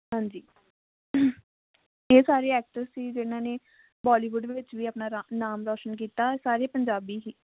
ਹਾਂਜੀ ਇਹ ਸਾਰੇ ਐਕਟਰ ਸੀ ਜਿਨ੍ਹਾਂ ਨੇ ਬੋਲੀਵੁੱਡ ਦੇ ਵਿੱਚ ਵੀ ਆਪਣਾ ਰਾ ਨਾਮ ਰੋਸ਼ਨ ਕੀਤਾ ਸਾਰੇ ਪੰਜਾਬੀ ਸੀ